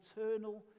eternal